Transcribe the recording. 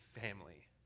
family